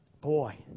boy